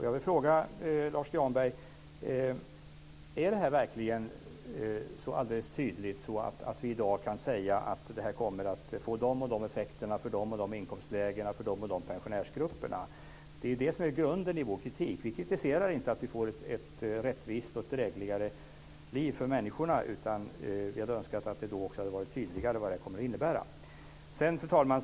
Jag vill fråga Lars Granberg: Är detta verkligen så alldeles tydligt att vi i dag kan säga vilka effekter det kommer att få för olika inkomstlägen och olika pensionärsgrupper? Det är det som är grunden i vår kritik. Vi kritiserar inte att vi får ett rättvist och drägligare liv för människorna. Vi hade önskat att det hade varit tydligare vad det kommer att innebära. Fru talman!